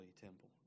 temple